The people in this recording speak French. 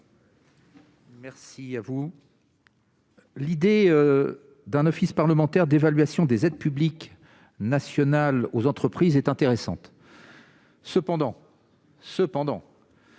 Merci à vous. L'idée d'un office parlementaire d'évaluation des aides publiques nationales aux entreprises est intéressante, cependant, cependant